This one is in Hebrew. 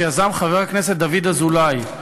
שיזם חבר הכנסת דוד אזולאי.